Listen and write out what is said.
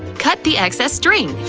cut the excess string.